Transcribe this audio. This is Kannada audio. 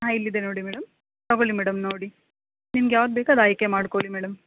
ಹಾಂ ಇಲ್ಲಿದೆ ನೋಡಿ ಮೇಡಮ್ ತಗೋಳ್ಲಿ ಮೇಡಮ್ ನೋಡಿ ನಿಮ್ಗೆ ಯಾವ್ದು ಬೇಕೋ ಅದು ಆಯ್ಕೆ ಮಾಡಿಕೊಳ್ಳಿ ಮೇಡಮ್